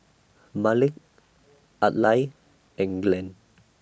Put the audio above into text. Malik Adlai and Glenn